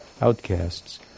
outcasts